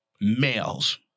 males